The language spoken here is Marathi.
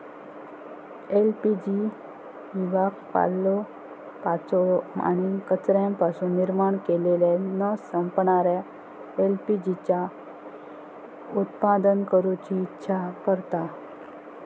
एल.पी.जी विभाग पालोपाचोळो आणि कचऱ्यापासून निर्माण केलेल्या न संपणाऱ्या एल.पी.जी चा उत्पादन करूची इच्छा करता